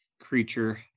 creature